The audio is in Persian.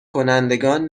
کنندگان